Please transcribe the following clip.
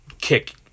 kick